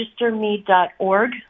registerme.org